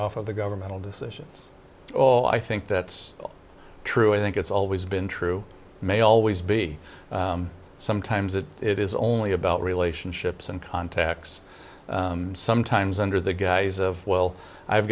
off of the governmental decisions oh i think that's true i think it's always been true may always be sometimes that it is only about relationships and contacts sometimes under the guise of well i've